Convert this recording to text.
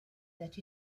that